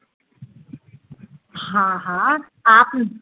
हाँ हाँ आप